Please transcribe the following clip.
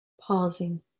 Pausing